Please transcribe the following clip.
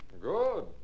Good